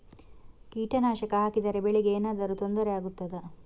ಕೀಟನಾಶಕ ಹಾಕಿದರೆ ಬೆಳೆಗೆ ಏನಾದರೂ ತೊಂದರೆ ಆಗುತ್ತದಾ?